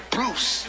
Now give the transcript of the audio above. Bruce